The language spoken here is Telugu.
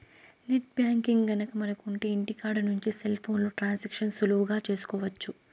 నెట్ బ్యాంకింగ్ గనక మనకు ఉంటె ఇంటికాడ నుంచి సెల్ ఫోన్లో ట్రాన్సాక్షన్స్ సులువుగా చేసుకోవచ్చు